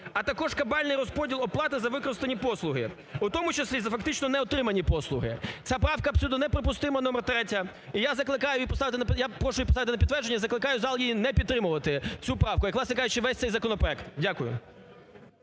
а також кабальний розподіл оплати за використані послуги, в тому числі за фактично не отримані послуги. Ця правка абсолютно неприпустима, номер 3. І я закликаю її поставити, я прошу її поставити на підтвердження і закликаю зал її не підтримувати, цю правку, як, власне кажучи, весь цей законопроект. Дякую.